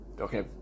okay